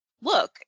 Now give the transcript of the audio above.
look